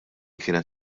kienet